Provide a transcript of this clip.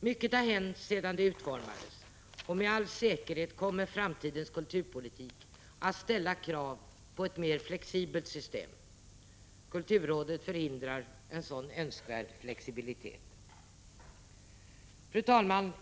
Mycket har hänt sedan det utformades, och med all säkerhet kommer framtidens kulturpolitik att ställa krav på ett mer flexibelt system. Kulturrådet förhindrar en sådan önskvärd flexibilitet. Fru talman!